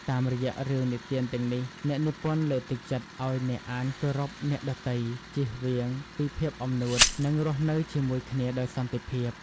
តាមរយៈរឿងនិទានទាំងនេះ អ្នកនិពន្ធលើកទឹកចិត្តឱ្យអ្នកអានគោរពអ្នកដទៃ ជៀសវាងពីភាពអំនួត និងរស់នៅជាមួយគ្នាដោយសន្តិភាព។